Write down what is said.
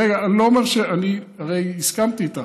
רגע, אני לא אומר, אני הרי הסכמתי איתך.